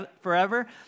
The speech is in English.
forever